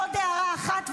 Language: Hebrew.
עוד הערה אחת,